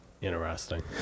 Interesting